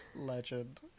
Legend